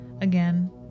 again